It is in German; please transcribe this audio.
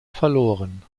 verloren